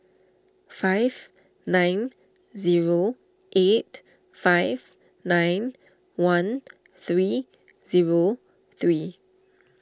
five nine zero eight five nine one three zero three